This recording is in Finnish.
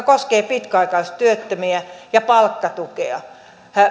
koskee pitkäaikaistyöttömiä ja palkkatukea